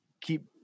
keep